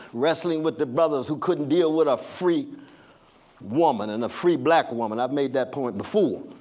wrestling with the brothers who couldn't deal with a free woman, and a free black woman. i've made that point before.